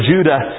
Judah